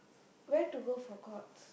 where to go for Courts